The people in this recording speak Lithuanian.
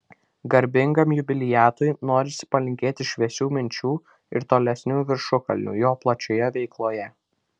garbingam jubiliatui norisi palinkėti šviesių minčių ir tolesnių viršukalnių jo plačioje veikloje